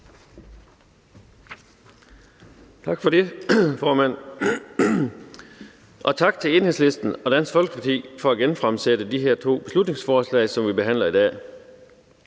Tak for det, formand, og tak til Enhedslisten og Dansk Folkeparti for at genfremsætte de her to beslutningsforslag, som vi behandler i dag.